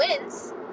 wins